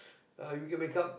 ah you can become